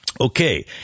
Okay